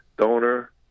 donor